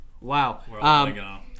Wow